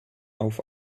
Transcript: auf